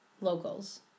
locals